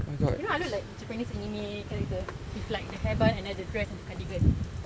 you know I look like japanese anime character if like the hair bun and then the dress I wear some cardigan